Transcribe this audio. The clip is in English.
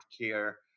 care